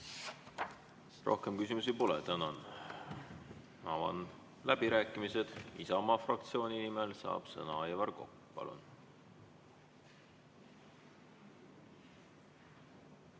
Rohkem küsimusi pole. Tänan! Avan läbirääkimised. Isamaa fraktsiooni nimel saab sõna Aivar Kokk.